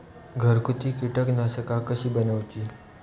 घरगुती कीटकनाशका कशी बनवूची?